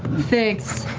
thanks,